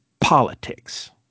politics